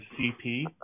CP